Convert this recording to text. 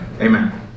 Amen